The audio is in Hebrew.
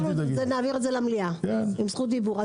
אוקי, ונעביר את זה למליאה עם זכות דיבור.